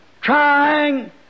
Trying